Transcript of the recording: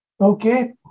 Okay